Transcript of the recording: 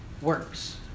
Works